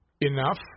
enough